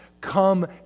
Come